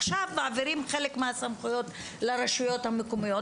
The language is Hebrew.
עכשיו מעבירים חלק מהסמכויות לרשויות המקומיות,